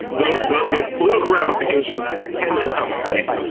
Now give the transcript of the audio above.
though, the the political ramifications tend to come quick,